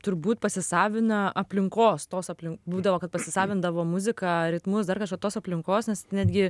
turbūt pasisavina aplinkos tos aplink būdavo kad pasisavindavo muziką ritmus dar kažką tos aplinkos nes netgi